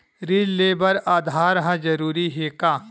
ऋण ले बर आधार ह जरूरी हे का?